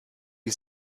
die